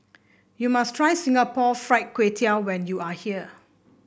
you must try Singapore Fried Kway Tiao when you are here